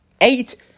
eight